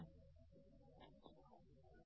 നമ്മുക്ക് അടുത്ത പ്രഭാഷണത്തിൽ കാണാം